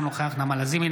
אינו נוכח נעמה לזימי,